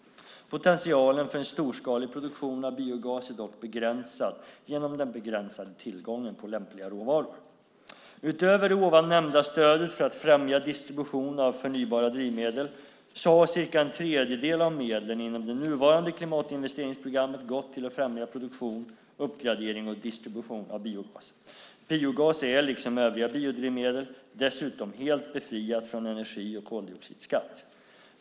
Potentialen för en storskalig produktion av biogas är dock begränsad genom den begränsade tillgången på lämpliga råvaror. Utöver det nämnda stödet för att främja distribution av förnybara drivmedel har cirka en tredjedel av medlen inom det nuvarande klimatinvesteringsprogrammet gått till att främja produktion, uppgradering och distribution av biogas. Biogas är, liksom övriga biodrivmedel, dessutom helt befriat från energi och koldioxidskatt.